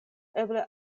eble